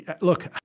Look